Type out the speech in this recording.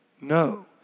no